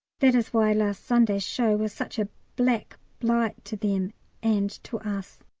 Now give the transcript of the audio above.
that is why last sunday's show was such a black blight to them and to us.